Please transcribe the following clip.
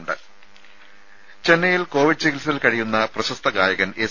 രുമ ചെന്നൈയിൽ കോവിഡ് ചികിത്സയിൽ കഴിയുന്ന പ്രശസ്ത ഗായകൻ എസ്